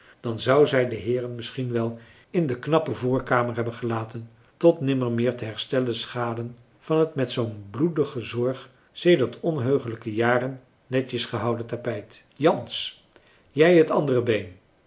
dan zou zij de heeren misschien wel in de knappe voorkamer hebben gelaten tot nimmermeer te herstellen schade van het met zoo'n bloedige zorg sedert onheuglijke jaren netjes gehouden tapijt jans jij het andere been